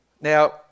Now